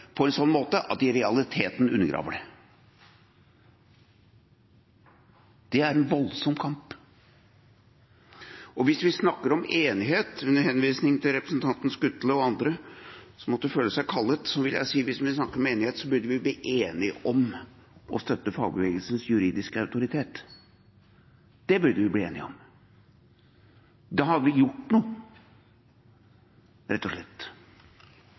på en sånn måte at man i realiteten undergraver den. Det er en voldsom kamp. Under henvisning til representanten Skutle og andre som måtte føle seg kallet, vil jeg si at hvis man snakker om enighet, burde vi bli enige om å støtte fagbevegelsens juridiske autoritet. Det burde vi bli enige om. Da hadde vi gjort noe, rett og slett,